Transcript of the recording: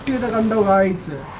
the divisor